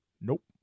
Nope